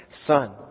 son